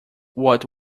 what